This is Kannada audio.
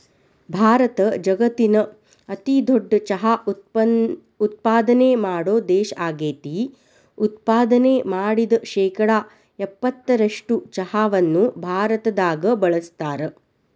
ಭಾರತ ಜಗತ್ತಿನ ಅತಿದೊಡ್ಡ ಚಹಾ ಉತ್ಪಾದನೆ ಮಾಡೋ ದೇಶ ಆಗೇತಿ, ಉತ್ಪಾದನೆ ಮಾಡಿದ ಶೇಕಡಾ ಎಪ್ಪತ್ತರಷ್ಟು ಚಹಾವನ್ನ ಭಾರತದಾಗ ಬಳಸ್ತಾರ